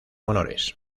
honores